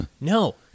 No